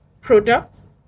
products